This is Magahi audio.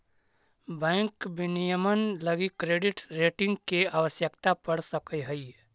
बैंक विनियमन लगी क्रेडिट रेटिंग के आवश्यकता पड़ सकऽ हइ